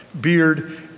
beard